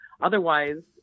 otherwise